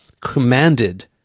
commanded